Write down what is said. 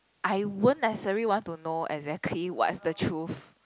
I won't necessarily want to know exactly what is the truth